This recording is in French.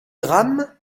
gram